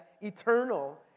eternal